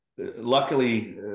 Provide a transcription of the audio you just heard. Luckily